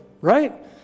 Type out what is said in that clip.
right